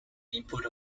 input